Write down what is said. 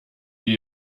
wie